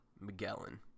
Magellan